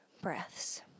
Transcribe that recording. breaths